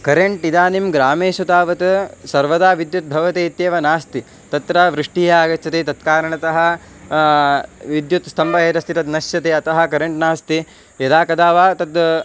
current इदानीं ग्रामेषु तावत् सर्वदा विद्युत् भवति इत्येव नास्ति तत्र वृष्टिः आगच्छति तत्कारणतः विद्युत् स्तम्भः यदस्ति तत् नश्यते अतः करेण्ट् नास्ति यदा कदा वा तत्